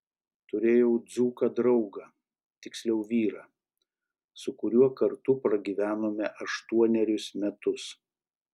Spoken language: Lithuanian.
turėjau dzūką draugą tiksliau vyrą su kuriuo kartu pragyvenome aštuonerius metus